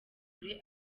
kure